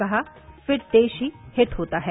कहा फिट देश ही हिट होता है